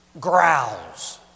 Growls